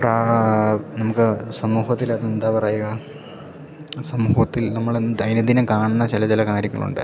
പ്രാ നമുക്ക് സമൂഹത്തിലതെന്താ പറയുക സമൂഹത്തിൽ നമ്മൾ ദൈനം ദിനം കാണുന്ന ചില ചില കാര്യങ്ങളുണ്ട്